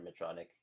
Animatronic